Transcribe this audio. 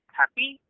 happy